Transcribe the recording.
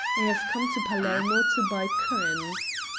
i have come to palermo to buy currants!